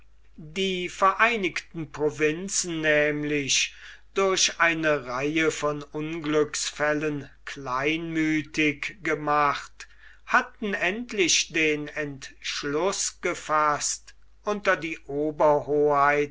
die vereinigten provinzen nämlich durch eine reihe von unglücksfällen kleinmüthig gemacht hatten endlich den entschluß gefaßt unter die